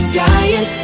dying